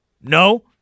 No